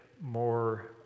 more